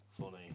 funny